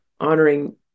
honoring